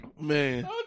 Man